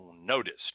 noticed